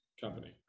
company